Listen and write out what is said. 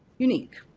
unique.